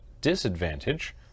disadvantage